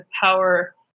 power